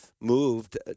moved